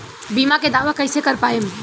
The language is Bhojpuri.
बीमा के दावा कईसे कर पाएम?